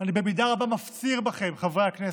אני במידה רבה מפציר בכם, חברי הכנסת: